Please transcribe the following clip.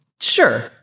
sure